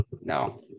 No